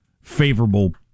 favorable